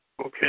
Okay